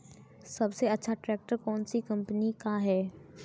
सबसे अच्छा ट्रैक्टर कौन सी कम्पनी का है?